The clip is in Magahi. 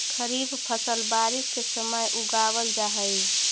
खरीफ फसल बारिश के समय उगावल जा हइ